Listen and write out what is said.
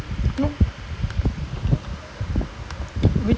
something like I think injury இருக்கு:irukku someting like pain ஓட:oda play him